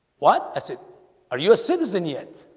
what i said are you a citizen yet?